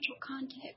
context